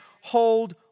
hold